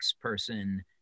person